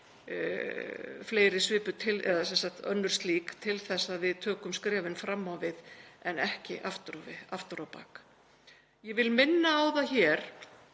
verður þetta mál og önnur slík til þess að við tökum skrefið fram á við en ekki aftur á bak. Ég vil minna á það hér